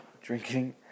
Drinking